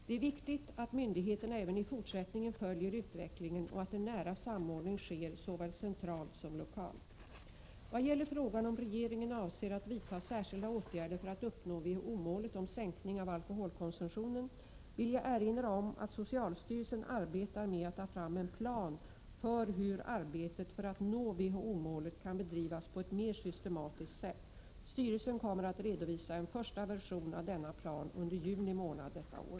Det är viktigt att myndigheterna även i fortsättningen följer utvecklingen och att en nära samordning sker såväl centralt som lokalt. Vad gäller frågan om regeringen avser att vidta särskilda åtgärder för att uppnå WHO-målet om sänkning av alkoholkonsumtionen vill jag erinra om att socialstyrelsen arbetar med att ta fram en plan för hur arbetet för att nå WHO-målet kan bedrivas på ett mer systematiskt sätt. Styrelsen kommer att redovisa en första version av denna plan under juni månad detta år.